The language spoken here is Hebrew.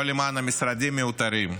לא למען המשרדים המיותרים,